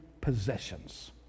possessions